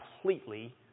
completely